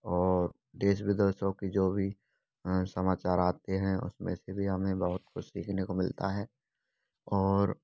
और देश विदेशों की जो भी समाचार आते हैं उसमें इसीलिए हमें बहुत कुछ देखने को मिलता है और